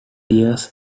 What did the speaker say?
years